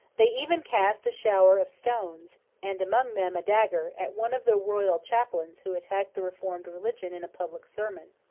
they even cast a shower of stones and among them a dagger at one of the royal chaplains who attacked the reformed religion in a public sermon.